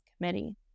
Committee